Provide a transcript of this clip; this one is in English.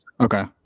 Okay